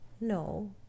no